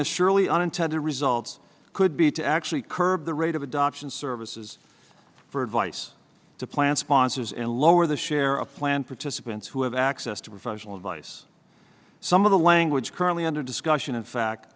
the surely unintended results could be to actually curb the rate of adoption services for advice to plan sponsors and lower the share a plan participants who have access to professional advice some of the language currently under discussion in fact